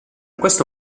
questo